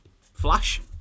flash